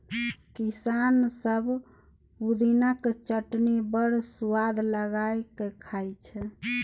किसान सब पुदिनाक चटनी बड़ सुआद लगा कए खाइ छै